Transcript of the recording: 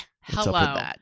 Hello